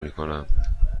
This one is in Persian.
میکنم